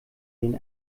den